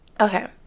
Okay